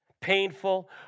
painful